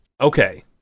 Okay